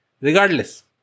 regardless